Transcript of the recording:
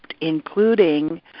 including